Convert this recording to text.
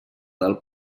del